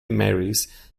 marys